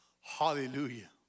Hallelujah